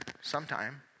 sometime